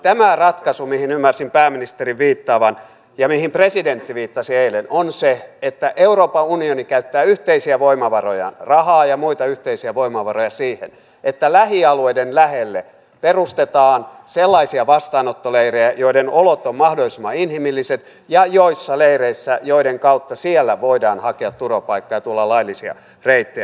tämä ratkaisu mihin ymmärsin pääministerin viittaavan ja mihin presidentti viittasi eilen on se että euroopan unioni käyttää yhteisiä voimavarojaan rahaa ja muita yhteisiä voimavaroja siihen että lähialueiden lähelle perustetaan sellaisia vastaanottoleirejä joiden olot ovat mahdollisimman inhimilliset ja joiden kautta siellä voidaan hakea turvapaikkaa ja tulla laillisia reittejä